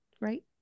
right